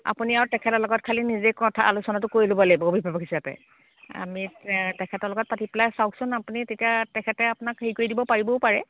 আপুনি আৰু তেখেতৰ লগত খালি নিজে কথা আলোচনাটো কৰি ল'ব লাগিব অভিভাৱক হিচাপে আমি তেখেতৰ লগত পাতি পেলাই চাওঁকচোন আপুনি তেতিয়া তেখেতে আপোনাক হেৰি কৰি দিব পাৰিবও পাৰে